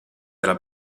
della